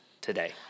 today